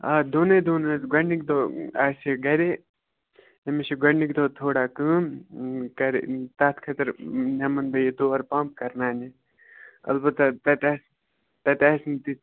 آ دۄنٕے دۄہَن حظ گۄڈنِکۍ دۄہ آسہِ یہِ گَرے أمِس چھِ گۄڈنِکۍ دۄہ تھوڑا کٲم کَرِ تَتھ خٲطرٕ نِمن بہٕ یہِ تور پَمپ کَرناونہِ البتہ تَتہِ آسہِ تَتہِ آسہِ نہٕ تِژھ